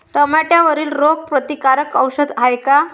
टमाट्यावरील रोग प्रतीकारक औषध हाये का?